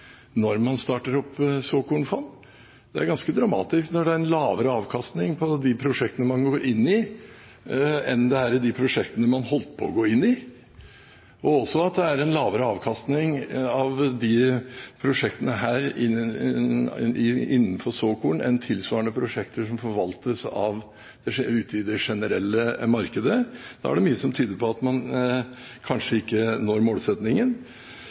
når man starter opp såkornfond? Det er ganske dramatisk når det er en lavere avkastning på de prosjektene man går inn i, enn det er i de prosjektene man holdt på å gå inn i, og også at det er en lavere avkastning av prosjektene innenfor såkorn enn tilsvarende prosjekter som forvaltes ute i det generelle markedet. Da er det mye som tyder på at man kanskje ikke når